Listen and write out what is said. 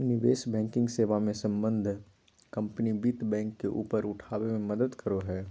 निवेश बैंकिंग सेवा मे सम्बद्ध कम्पनी वित्त बैंक के ऊपर उठाबे मे मदद करो हय